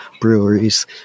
breweries